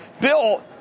Bill